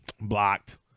blocked